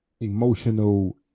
emotional